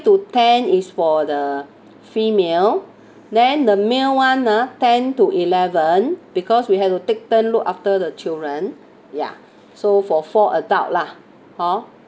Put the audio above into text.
to ten is for the female then the male one ah ten to eleven because we have to take turn look after the children ya so for four adult lah hor